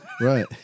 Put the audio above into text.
Right